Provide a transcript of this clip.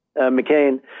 McCain